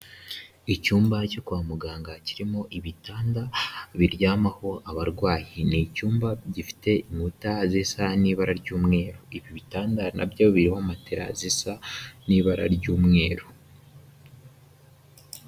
Icyumba cyo kwa muganga kirimo ibitanda biryamaho abarwayi. Ni icyumba gifite inkuta z'isa n'ibara ry'umweru. Ibi bitanda na byo biriho matera zisa n'ibara ry'umweru.